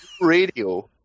radio